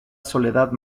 soledad